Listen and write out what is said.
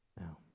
now